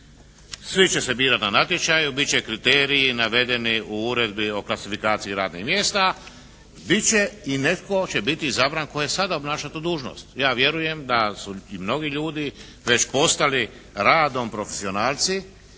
svi će se birati na natječaju, biti će kriteriji navedeni u Uredbi o klasifikaciji radnih mjesta i netko će biti izabran tko sada obnaša tu dužnost. Ja vjerujem da su i mnogi ljudi već postali radom profesionalci,